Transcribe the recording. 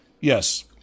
Yes